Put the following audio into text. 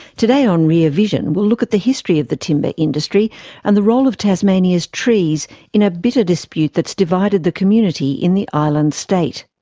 today on rear vision, we'll look at the history of the timber industry and the role of tasmania's trees in a bitter dispute that's divided the community in the island state.